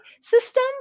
system